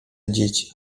dzieci